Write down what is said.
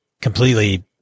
completely